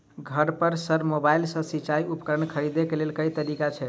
घर पर सऽ मोबाइल सऽ सिचाई उपकरण खरीदे केँ लेल केँ तरीका छैय?